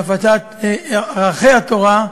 להפצת ערכי התורה,